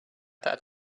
that